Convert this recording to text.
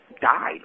died